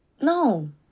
no